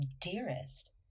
dearest